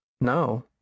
No